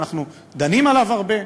ואנחנו דנים בו הרבה.